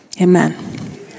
Amen